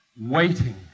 waiting